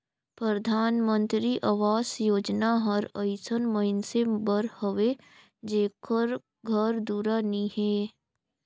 परधानमंतरी अवास योजना हर अइसन मइनसे बर हवे जेकर घर दुरा नी हे